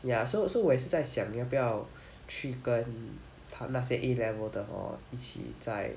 ya so so 我也是在想要不要去跟他那些 A level 的 hor 一起在